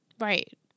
Right